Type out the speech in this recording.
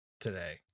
today